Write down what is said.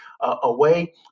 away